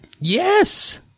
Yes